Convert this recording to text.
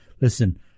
Listen